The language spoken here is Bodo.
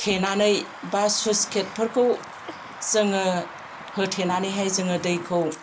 थेनानै बा स्लुइसगेट फोरखौ जोङो होथेनानैहाय जोङो दैखौ